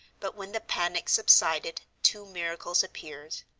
but when the panic subsided two miracles appeared.